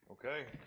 Okay